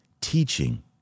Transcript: teaching